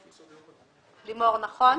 לימור, נכון?